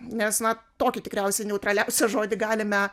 nes na tokį tikriausiai neutraliausią žodį galime